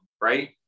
right